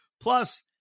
Plus